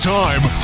time